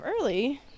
early